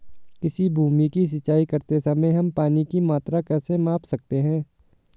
किसी भूमि की सिंचाई करते समय हम पानी की मात्रा कैसे माप सकते हैं?